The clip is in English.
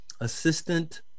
assistant